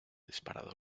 disparado